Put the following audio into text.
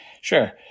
Sure